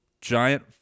giant